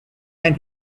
and